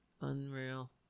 Unreal